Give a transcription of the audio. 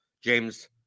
James